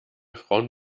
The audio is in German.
frauen